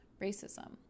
racism